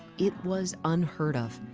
it was unheard of.